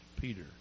Peter